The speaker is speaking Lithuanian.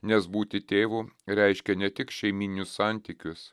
nes būti tėvu reiškia ne tik šeiminius santykius